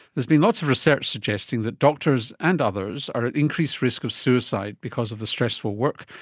there's been lots of research suggesting that doctors and others are at increased risk of suicide because of the stressful work,